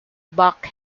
buck